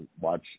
watch